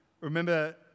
Remember